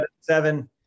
seven